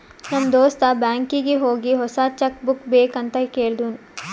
ನಮ್ ದೋಸ್ತ ಬ್ಯಾಂಕೀಗಿ ಹೋಗಿ ಹೊಸಾ ಚೆಕ್ ಬುಕ್ ಬೇಕ್ ಅಂತ್ ಕೇಳ್ದೂನು